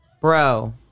bro